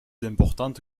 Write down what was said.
importante